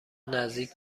نزدیک